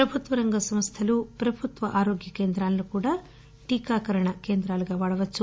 ప్రభుత్వరంగ సంస్థలు ప్రభుత్వ ఆరోగ్య కేంద్రాలను కూడా టీకాకరణ కేంద్రాలుగా వాడవచ్చు